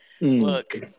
Look